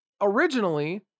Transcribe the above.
originally